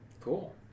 Cool